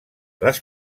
les